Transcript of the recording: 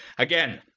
again!